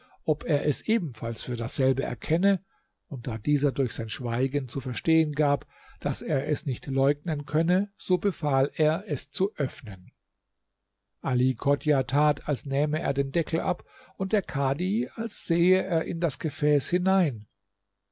ob er es ebenfalls für dasselbe erkenne und da dieser durch sein schweigen zu verstehen gab daß er es nicht leugnen könne so befahl er es zu öffnen ali chodjah tat als nähme er den deckel ab und der kadhi als sehe er in das gefäß hinein